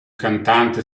cantante